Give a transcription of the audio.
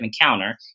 encounter